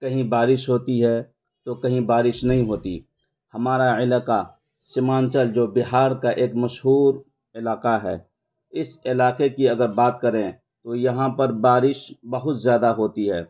کہیں بارش ہوتی ہے تو کہیں بارش نہیں ہوتی ہمارا علاقہ سیمانچل جو بہار کا ایک مشہور علاقہ ہے اس علاقے کی اگر بات کریں تو یہاں پر بارش بہت زیادہ ہوتی ہے